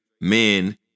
men